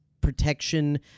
protection